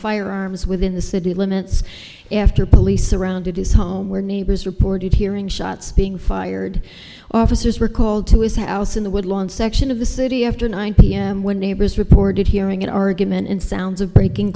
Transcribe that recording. firearms within the city limits after police surrounded his home where neighbors reported hearing shots being fired officers were called to his house in the woodland section of the city after nine pm when neighbors reported hearing an argument in sounds of breaking